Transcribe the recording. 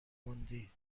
موندی